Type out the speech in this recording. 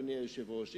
אדוני היושב-ראש.